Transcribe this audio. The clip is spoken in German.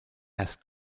erst